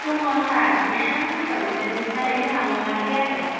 दङ' सार मेरला मानसिफ्रा मोनदों नाथाय जोंहा मोनाखै आरो